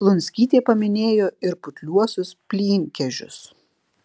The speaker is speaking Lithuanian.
lunskytė paminėjo ir putliuosius plynkežius